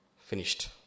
Finished